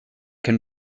can